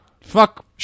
Fuck